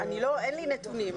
אין לי נתונים,